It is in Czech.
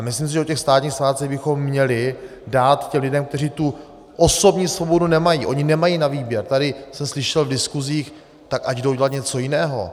Myslím, že o těch státních svátcích bychom měli dát těm lidem, kteří tu osobní svobodu nemají, oni nemají na výběr tady jsem slyšel v diskusích, ať jdou dělat něco jiného.